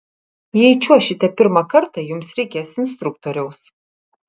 jei čiuošite pirmą kartą jums reikės instruktoriaus